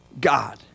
God